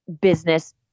business